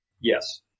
Yes